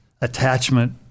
attachment